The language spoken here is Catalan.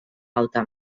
alta